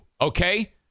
okay